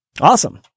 Awesome